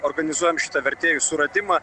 organizuojam šitą vertėjų suradimą